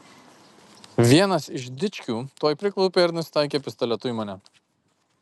vienas iš dičkių tuoj priklaupė ir nusitaikė pistoletu į mane